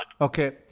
Okay